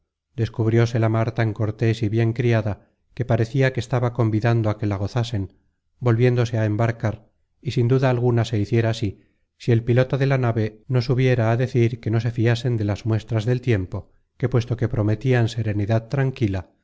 sereno descubrióse la mar tan cortés y bien criada que parecia que estaba convidando á que la gozasen volviéndose á embarcar y sin duda alguna se hiciera así si el piloto de la nave no subiera á decir que no se fiasen de las muestras del tiempo que puesto que prometian serenidad tranquila